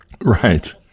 Right